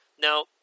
Now